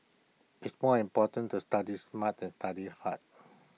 IT more important to study smart than study hard